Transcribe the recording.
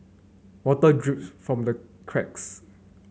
water drips from the cracks